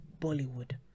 bollywood